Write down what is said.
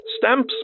Stamps